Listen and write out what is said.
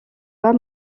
pas